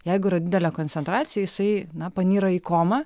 jeigu yra didelė koncentracija jisai na panyra į komą